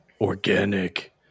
organic